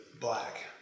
black